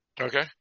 Okay